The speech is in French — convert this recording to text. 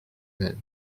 même